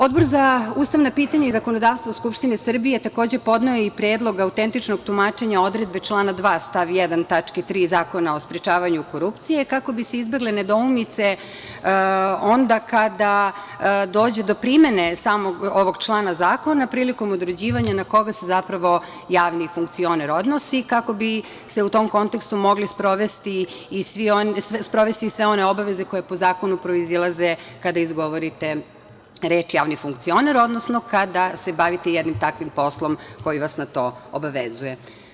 Odbor za ustavna pitanja i zakonodavstvo Skupštine Srbije takođe je podneo i Predlog autentičnog tumačenja odredbe člana 2. stav 1. tačke 3) Zakona o sprečavanju korupcije, kako bi se izbegle nedoumice onda kada dođe do primene samog ovog člana zakona prilikom određivanja na koga se zapravo javni funkcioner odnosi, kako bi se u tom kontekstu mogli sprovesti i sve one obaveze koje po zakonu proizilaze kada izgovorite reč javni funkcioner, odnosno kada se bavite jednim takvim poslom koji vas na to obavezuje.